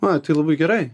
ai tai labai gerai